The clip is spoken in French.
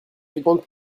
secondes